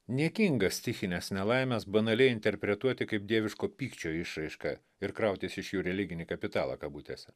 niekinga stichines nelaimes banaliai interpretuoti kaip dieviško pykčio išraišką ir krautis iš jų religinį kapitalą kabutėse